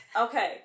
Okay